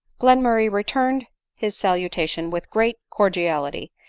glenmurray returned his salutation with great cordiality,